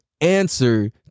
answer